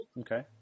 Okay